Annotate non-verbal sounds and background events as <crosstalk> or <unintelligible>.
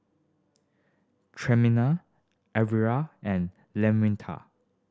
Tremaine Elvera and <unintelligible>